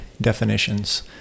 definitions